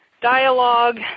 dialogue